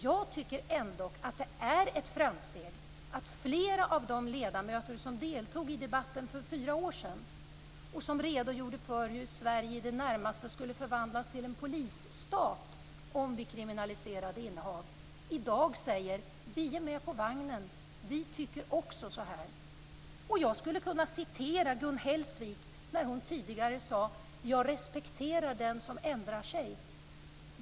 Jag tycker ändå att det är ett framsteg att flera av de ledamöter som deltog i debatten för fyra år sedan, och som redogjorde för hur Sverige i det närmaste skulle förvandlas till en polisstat om vi kriminaliserade innehav, i dag säger: Vi är med på vagnen. Vi tycker också så här. Jag skulle kunna citera Gun Hellsvik när hon tidigare sade att hon respekterar den som ändrar sig.